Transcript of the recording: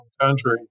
country